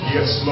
Yes